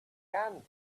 can